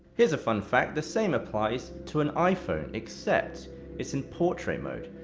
here's a fun fact the same applies to an iphone, except it's in portrait mode.